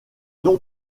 dons